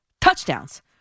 touchdowns